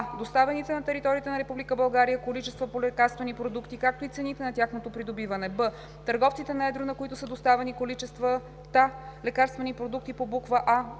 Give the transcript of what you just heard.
доставените на територията на Република България количества по лекарствени продукти, както и цените на тяхното придобиване; б) търговците на едро, на които са доставени количествата лекарствени продукти по буква